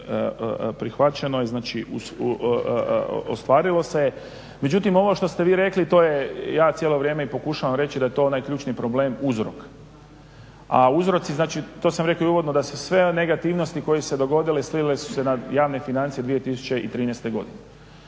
prihvaćeno je, znači ostvarilo se. Međutim, ovo što ste vi rekli to je, ja cijelo vrijeme i pokušavam reći da je to onaj ključni problem uzrok, a uzroci znači to sam rekao i uvodno da se sve negativnosti koje su se dogodile slile su se nad javne financije 2013. godine.